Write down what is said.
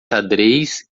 xadrez